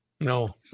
no